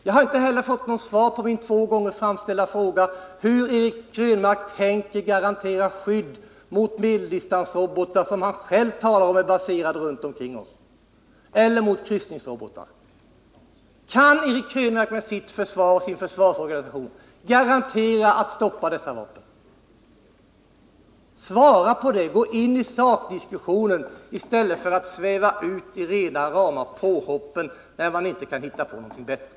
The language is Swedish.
Jag har inte heller fått något svar på min två gånger framställda fråga om hur Eric Krönmark tänker garantera skydd mot medeldistansrobotar, som han själv säger är baserade runt omkring oss, eller mot kryssningsrobotar. Kan Eric Krönmark med sin försvarsorganisation garantera att dessa vapen stoppas? Svara på det! Gå in i en sakdiskussion i stället för att sväva ut i rena rama påhoppen, som Eric Krönmark gör när han inte kan hitta på någonting bättre.